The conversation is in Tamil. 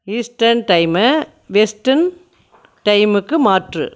ஈஸ்ட்டன் டைமை வெஸ்ட்டன் டைமுக்கு மாற்று